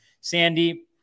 Sandy